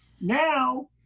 now